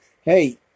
hey